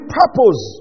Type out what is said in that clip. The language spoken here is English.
purpose